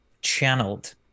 channeled